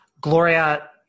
Gloria